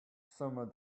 summer